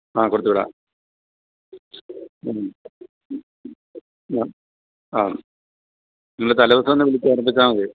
ആ കൊടുത്തുവിടാം ഉം ആ ആ നിങ്ങള് തലേദിവസം ഒന്ന് വിളിച്ച് ഓര്മ്മിപ്പിച്ചാല് മതി